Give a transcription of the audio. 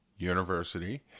University